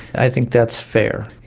i think that's fair.